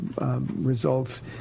results